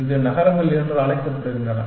இது நகரங்கள் என்று அழைக்கப்படுகிறது